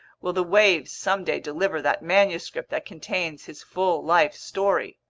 will the waves someday deliver that manuscript that contains his full life story?